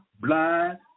blind